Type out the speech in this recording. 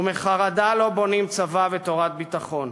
ובחרדה לא בונים צבא ותורת ביטחון".